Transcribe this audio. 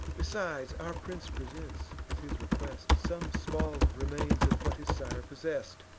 besides, our prince presents, with his request, some small remains of what his sire possess'd.